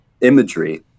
imagery